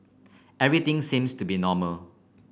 everything seems to be normal